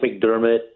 McDermott